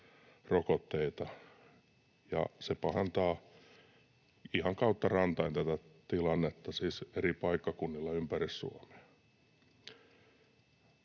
ja se pahentaa ihan kautta rantain tätä tilannetta — siis eri paikkakunnilla ympäri Suomea.